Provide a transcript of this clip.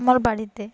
আমার বাড়িতে